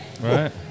Right